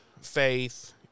Faith